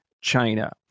China